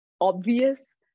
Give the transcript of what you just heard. obvious